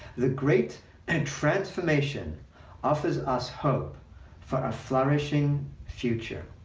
the great and transformation offers us hope for a flourishing future.